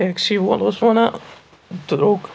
taxi وول اوس وَنان درٛوٚگ